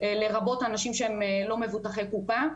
לרבות אנשים שהם לא מבוטחי קופה.